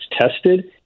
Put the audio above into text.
tested